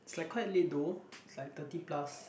is like quite late though is like thirty plus